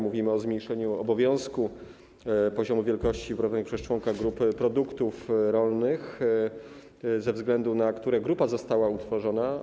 Mówimy o zmniejszeniu obowiązkowego poziomu wielkości uprawianych przez członka grupy produktów rolnych, ze względu na które grupa została utworzona.